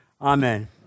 Amen